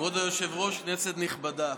כבוד היושב-ראש, כנסת נכבדה,